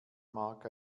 mark